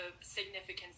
significance